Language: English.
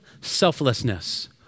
selflessness